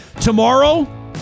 tomorrow